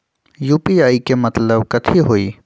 UPI के मतलब कथी होई?